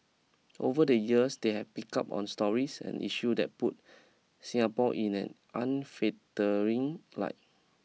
over the years they have pick up on stories and issue that put Singapore in an unflattering light